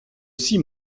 six